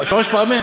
פעמים?